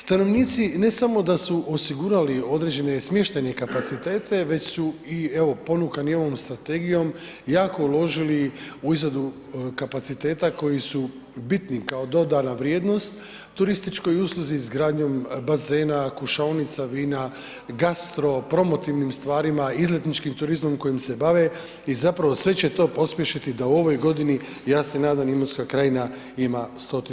Stanovnici ne samo da su osigurali određene smještajne kapacitete, već su i evo ponukani ovom strategijom jako uložili u izradu kapaciteta koji su bitni kao dodana vrijednost turističkoj usluzi izgradnjom bazena, kušaonica vina, gastro promotivnim stvarima, izletničkim turizmom kojim se bave i zapravo sve će to pospješiti da u ovoj godini, ja se nadam, Imotska krajina ima 100 000 noćenja.